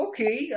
Okay